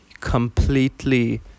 completely